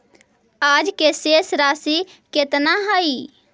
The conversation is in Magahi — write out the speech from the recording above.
आज के शेष राशि केतना हई?